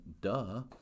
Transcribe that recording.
duh